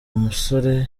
umusore